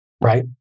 Right